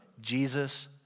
Jesus